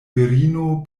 virino